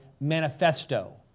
Manifesto